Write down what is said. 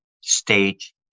stage